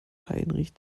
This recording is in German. heinrich